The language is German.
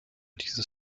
dieses